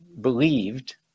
believed